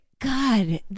God